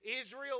Israel